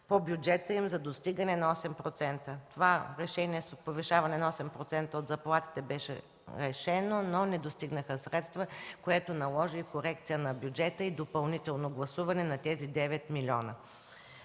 по бюджета им за достигане на 8%. Това решение за повишаване на 8% на заплатите беше взето, но не достигнаха средства, което наложи корекция на бюджета и допълнително гласуване на тези 9 млн.